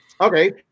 Okay